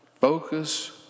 Focus